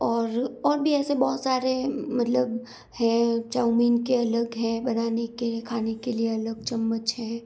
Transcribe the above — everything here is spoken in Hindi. और और भी ऐसे बहुत सारे मतलब है चाऊमीन के अलग हैं बनाने के है खाने के लिए अलग चम्मच हैं